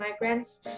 migrants